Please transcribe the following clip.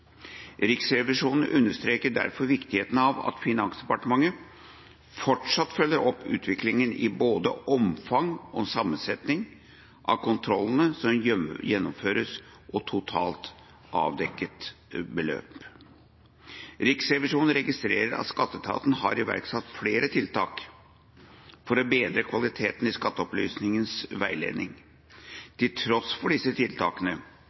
Riksrevisjonen understreker derfor viktigheten av at Finansdepartementet fortsatt følger opp utviklingen i både omfang og sammensetning av kontrollene som gjennomføres og totalt avdekket beløp. Riksrevisjonen registrerer at skatteetaten har iverksatt flere tiltak for å bedre kvaliteten i Skatteopplysningens veiledning. Til tross for disse tiltakene